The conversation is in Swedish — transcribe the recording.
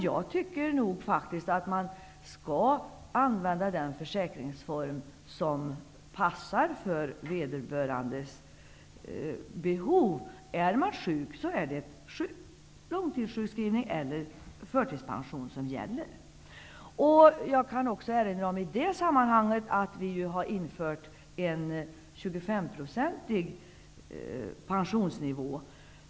Jag tycker faktiskt att man skall använda den försäkringsform som passar för ens behov. Är man sjuk, är det långtidssjukskrivning eller förtidspension som gäller. Jag kan även erinra om att vi har infört en 25 procentig pensionsnivå.